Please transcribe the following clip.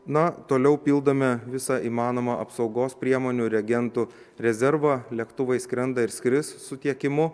na toliau pildome visa įmanoma apsaugos priemonių reagentų rezervą lėktuvai skrenda ir skris su tiekimu